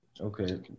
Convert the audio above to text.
Okay